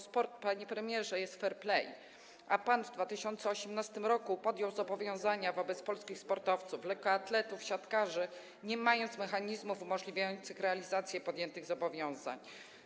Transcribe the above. Sport, panie premierze, jest fair play, a pan w 2018 r. podjął zobowiązania wobec polskich sportowców, lekkoatletów i siatkarzy, nie mając mechanizmów umożliwiających realizację podjętych zobowiązań.